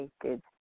created